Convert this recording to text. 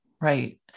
Right